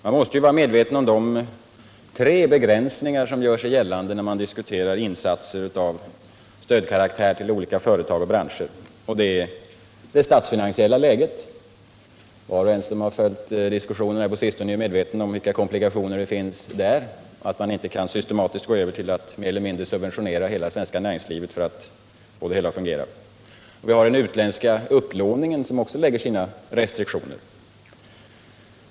Man måste vara medveten om de tre begränsningar som gör sig gällande när man diskuterar insatser av stödkaraktär till olika företag och branscher. Den första begränsningen är det statsfinansiella läget. Var och en som har följt diskussionerna på sistone är medveten om vilka komplikationer det finns där och att man inte kan systematiskt gå över till att mer eller mindre subventionera hela det svenska näringslivet för att få det att fungera. Den andra begränsningen är den utländska upplåningen som lägger sina restriktioner.